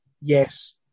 Yes